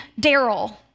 Daryl